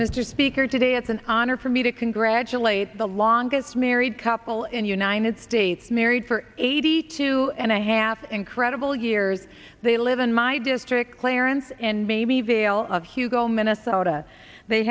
mr speaker today it's an honor for me to congratulate the longest married couple in the united states married for eighty two and a half incredible years they live in my district clarence and maybe vale of hugo minnesota they